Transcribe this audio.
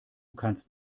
kannst